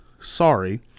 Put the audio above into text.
Sorry